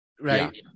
right